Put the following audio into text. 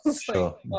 sure